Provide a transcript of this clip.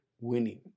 winning